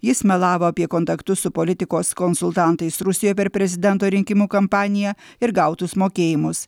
jis melavo apie kontaktus su politikos konsultantais rusijoje per prezidento rinkimų kampaniją ir gautus mokėjimus